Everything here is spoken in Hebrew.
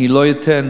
אני לא אתן,